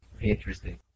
Interesting